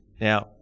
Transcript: Now